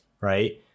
right